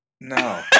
No